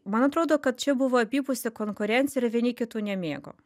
man atrodo kad čia buvo abipusė konkurencija ir vieni kitų nemėgo